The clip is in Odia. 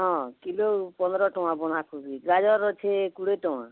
ହଁ କିଲୋ ପନ୍ଦର ଟଙ୍କା ବନ୍ଧାକୋବି ଗାଜର୍ ଅଛେ କୋଡ଼ିଏ ଟଙ୍କା